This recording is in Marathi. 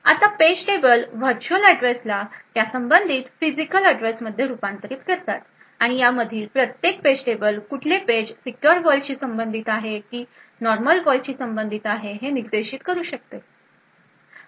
आता पेज टेबल वर्च्युअल अँड्रेसला त्यासंबंधित फिजिकल एड्रेस मध्ये रुपांतरीत करतात आणि या यामधील प्रत्येक पेज टेबल कुठले पेज सीक्युर वर्ल्डशी संबंधित आहे किंवा नॉर्मल वर्ल्डशी संबंधित आहे हे निर्देशित करू शकतो